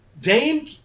Dame